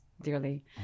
dearly